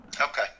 Okay